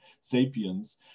sapiens